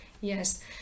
yes